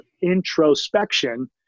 introspection